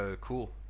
cool